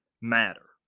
matter